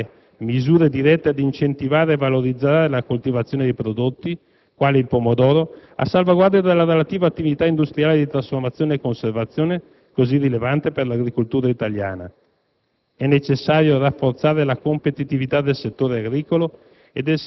Per far ciò, riteniamo sia opportuno che il Governo si impegni ad adottare misure dirette ad incentivare e valorizzare la coltivazione di prodotti, quale il pomodoro, a salvaguardia della relativa attività industriale di trasformazione e conservazione, così rilevante per l'agricoltura italiana.